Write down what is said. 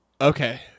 okay